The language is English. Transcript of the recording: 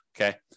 okay